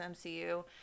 mcu